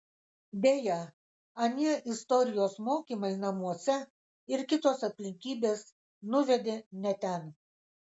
deja anie istorijos mokymai namuose ir kitos aplinkybės nuvedė ne ten